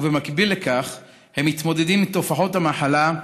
ובמקביל לכך הם מתמודדים עם תופעות המחלה,